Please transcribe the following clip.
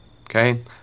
Okay